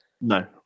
No